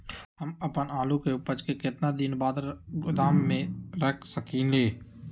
हम अपन आलू के ऊपज के केतना दिन बाद गोदाम में रख सकींले?